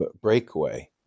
breakaway